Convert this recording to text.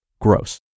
gross